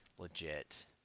legit